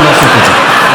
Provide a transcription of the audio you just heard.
אני עדיין לא ראש ממשלה,